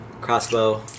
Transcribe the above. crossbow